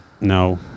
No